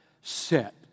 set